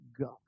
God